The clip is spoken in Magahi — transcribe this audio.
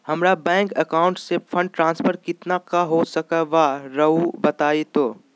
हमरा बैंक अकाउंट से फंड ट्रांसफर कितना का हो सकल बा रुआ बताई तो?